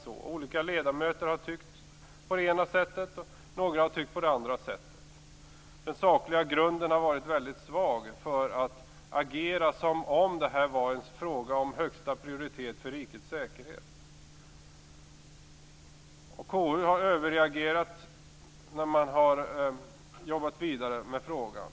En del ledamöter har tyckt på det ena sättet, och några har tyckt på det andra sättet. Det har funnits en mycket svag saklig grund för att agera som om det här vore en fråga av högsta prioritet för rikets säkerhet. KU har överreagerat när man har jobbat vidare med frågan.